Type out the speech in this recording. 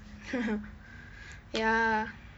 ha-ha ya